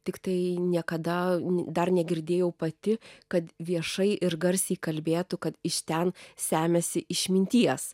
tiktai niekada dar negirdėjau pati kad viešai ir garsiai kalbėtų kad iš ten semiasi išminties